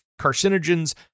carcinogens